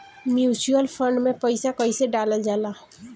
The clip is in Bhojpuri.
म्यूचुअल फंड मे पईसा कइसे डालल जाला?